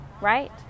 right